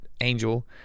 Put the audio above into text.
angel